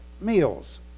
Meals